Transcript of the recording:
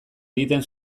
egiten